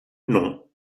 non